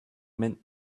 mint